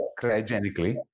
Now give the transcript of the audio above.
cryogenically